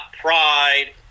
pride